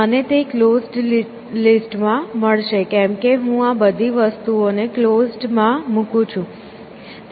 મને તે ક્લોઝડ લિસ્ટમાં મળશે કેમ કે હું આ બધી વસ્તુઓને ક્લોઝડ માં મુકું છું